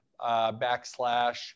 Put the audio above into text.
backslash